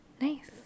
Nice